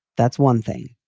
that's one thing.